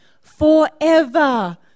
forever